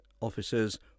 officers